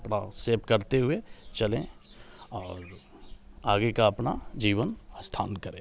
अपना सेफ करते हुए चलें और आगे का अपना जीवन स्थान करें